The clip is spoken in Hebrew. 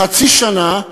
חצי שנה,